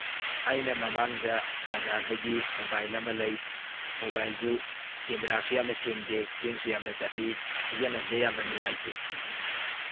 ꯑꯩꯅ ꯃꯃꯥꯡꯗ ꯕꯖꯥꯔꯗꯒꯤ ꯃꯣꯕꯥꯏꯜ ꯑꯃ ꯂꯩ ꯃꯣꯕꯥꯏꯜꯗꯨ ꯀꯦꯃꯦꯔꯥꯁꯨ ꯌꯥꯝꯅ ꯁꯦꯡꯗꯦ ꯍꯦꯡꯁꯨ ꯌꯥꯝꯅ ꯆꯠꯂꯤ ꯁꯤꯖꯤꯟꯅꯕꯗ ꯌꯥꯝꯅ ꯅꯨꯡꯉꯥꯏꯇꯦ